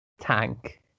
tank